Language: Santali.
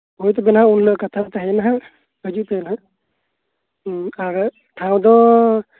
ᱦᱳᱭ ᱛᱳᱵᱮ ᱱᱟᱦᱟᱸᱜ ᱮᱱᱦᱤᱞᱳᱜ ᱦᱟᱡᱩᱜ ᱯᱮ ᱱᱟᱦ ᱦᱮᱸ ᱟᱨ ᱴᱷᱟᱶ ᱫᱚ